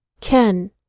Ken